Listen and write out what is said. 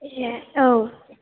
ए औ